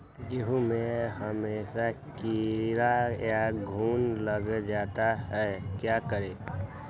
गेंहू में हमेसा कीड़ा या घुन लग जाता है क्या करें?